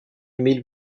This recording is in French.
mille